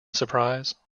surprise